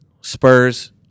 Spurs